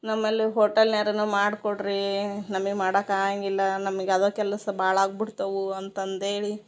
ನಮ್ಮಲ್ಲಿ ಹೋಟೆಲ್ನ್ಯಾರನು ಮಾಡ್ಕೊಡ್ರೀ ನಮಗ್ ಮಾಡಕ್ಕೆ ಆಗಂಗಿಲ್ಲ ನಮಗ್ ಅದ ಕೆಲಸ ಭಾಳಾಗ್ ಬುಡ್ತವೂ ಅಂತ ಅಂದೇಳಿ